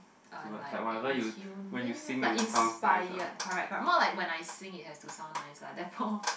uh like in tune with like inspired correct correct more like when I sing it had to sound nice lah therefore